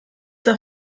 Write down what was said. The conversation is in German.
war